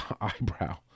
eyebrow